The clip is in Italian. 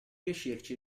riuscirci